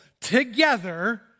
together